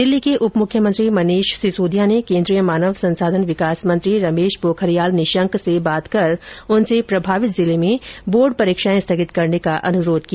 दिल्ली के उपमुख्यमंत्री मनीष सिसोदिया ने केन्द्रीय मानव संसाधन विकास मंत्री रमेश पोखरियाल निशंक से बात कर उनसे प्रभावित जिले में बोर्ड परीक्षाएं स्थगित करने का अनुरोध किया